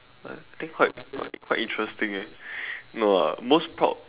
like I think quite quite interesting eh no ah most proud